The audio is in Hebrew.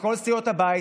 מכל סיעות הבית,